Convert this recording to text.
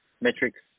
metrics